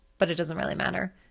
but it doesn't really matter.